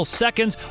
seconds